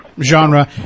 genre